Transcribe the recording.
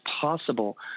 possible